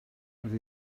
rydw